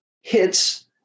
hits